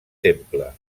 temple